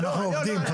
אנחנו עובדים.